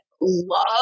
love